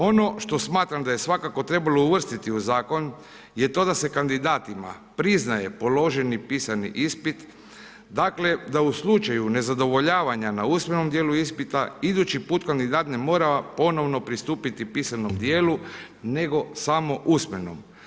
Ono što smatram da je svakako trebalo uvrstiti u zakon je to da se kandidatima priznaje položeni pisani ispit, dakle da u slučaju nezadovoljavanja na usmenom djelu ispita, idući put kandidat ne mora ponovno pristupiti pisanom djelu nego samo usmenom.